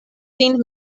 sin